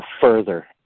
further